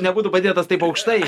nebūtų padėtas taip aukštai